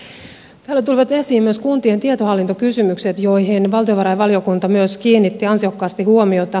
täällä tulivat esiin myös kuntien tietohallintokysymykset joihin valtiovarainvaliokunta myös kiinnitti ansiokkaasti huomiota